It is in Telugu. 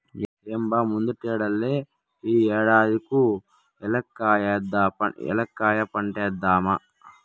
ఏం బా ముందటేడల్లే ఈ ఏడాది కూ ఏలక్కాయ పంటేద్దామా